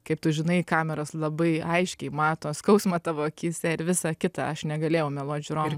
kaip tu žinai kameros labai aiškiai mato skausmą tavo akyse ir visa kita aš negalėjau meluot žiūrovam